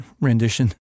rendition